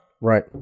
Right